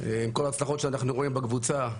עם כל ההצלחות שאנחנו רואים בקבוצה,